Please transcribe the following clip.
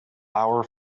our